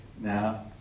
Now